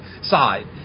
side